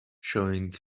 showing